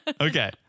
Okay